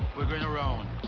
moving around.